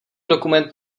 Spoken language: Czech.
dokument